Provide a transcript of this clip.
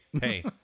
hey